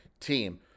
team